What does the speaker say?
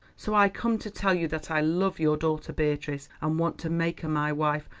so i come to tell you that i love your daughter beatrice, and want to make her my wife.